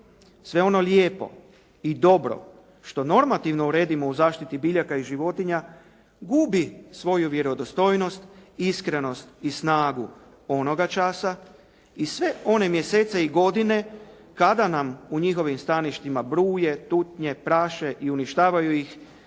sve ono lijepo i dobro što normativno uredimo u zaštiti biljaka i životinja dubi svoju vjerodostojnost, iskrenost i snagu onoga časa i sve one mjesece i godine kada nam u njihovim staništima bruje, tutnje, praše i uništavaju ih